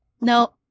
No